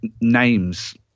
names